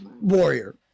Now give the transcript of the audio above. Warrior